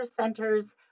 center's